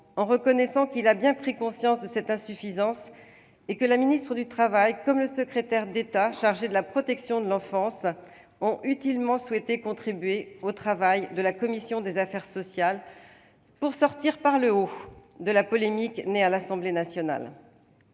en reconnaissant qu'il a bien pris conscience de cette insuffisance et que la ministre du travail comme le secrétaire d'État chargé de la protection de l'enfance ont souhaité contribuer utilement au travail de la commission des affaires sociales, afin de sortir par le haut de la polémique née à l'Assemblée nationale.